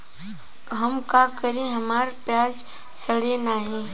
हम का करी हमार प्याज सड़ें नाही?